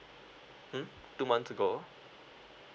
hmm two months ago